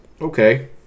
okay